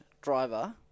driver